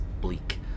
bleak